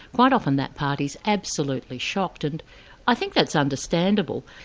quite often that party's absolutely shocked. and i think that's understandable.